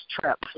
trip